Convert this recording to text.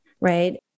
right